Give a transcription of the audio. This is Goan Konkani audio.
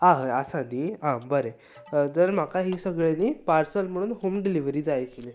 आं हय आसा न्ही आं बरें जर म्हाका ही सगळें न्ही पार्सल म्हण होम डिलीवरी जाय आशिल्ली